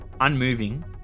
unmoving